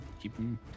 keeping